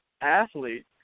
athlete